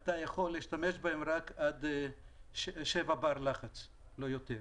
אתה יכול להשתמש בהם רק עד שבעה בר לחץ ולא יותר.